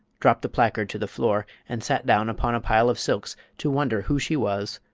dropped the placard to the floor and sat down upon a pile of silks to wonder who she was,